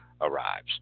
arrives